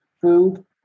food